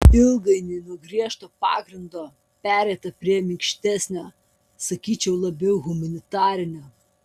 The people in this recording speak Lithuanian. ilgainiui nuo griežto pagrindo pereita prie minkštesnio sakyčiau labiau humanitarinio